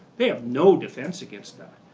they have no defense against that.